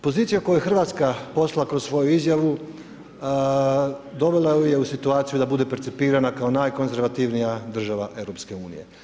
Pozicija koju je Hrvatska poslala kroz svoju izjavu dovela ju je u situaciju da bude percipirana kao najkonzervativnija država EU.